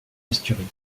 asturies